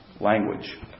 language